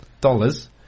dollars